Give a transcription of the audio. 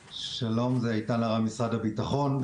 שלום, זה איתן ארם, משרד הביטחון.